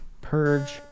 Purge